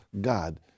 God